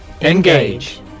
engage